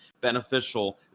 beneficial